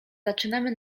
zaczynamy